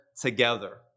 together